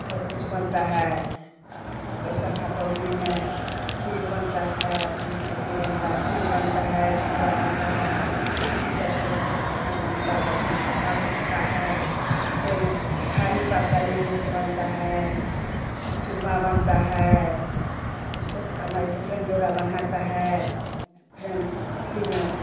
सब कुछ बनता है अ वैसखा पवनी में खीर बनता है पूरी अथी बनता है खीर बनता है ठकुआ बनता है सबसे सीस अथी बनता है गथी होता है हाथ उठता है फिर खरी पातर में रोट बनता है चूरमा बनता है शिव्सकता माई के फिर डोरा बंधता है फिर अथी में